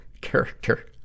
Character